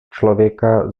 člověka